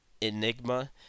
enigma